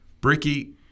Bricky